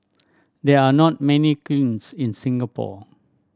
there are not many kilns in Singapore